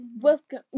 Welcome